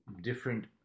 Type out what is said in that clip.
different